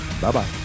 Bye-bye